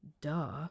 Duh